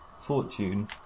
fortune